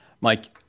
Mike